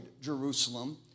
Jerusalem